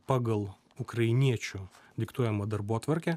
pagal ukrainiečių diktuojamą darbotvarkę